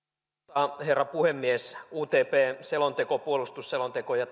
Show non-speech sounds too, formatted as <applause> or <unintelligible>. arvoisa herra puhemies utp selonteko puolustusselonteko ja <unintelligible>